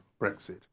Brexit